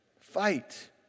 Fight